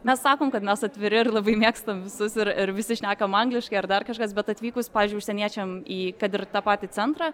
mes sakom kad mes atviri ir labai mėgstam visus ir ir visi šnekam angliškai ar dar kažkas bet atvykus pavyzdžiui užsieniečiam į kad ir tą patį centrą